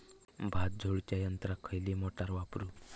भात झोडूच्या यंत्राक खयली मोटार वापरू?